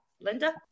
linda